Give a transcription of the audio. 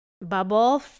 bubble